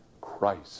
Christ